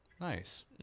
Nice